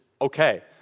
okay